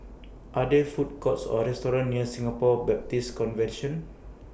Are There Food Courts Or restaurants near Singapore Baptist Convention